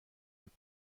بود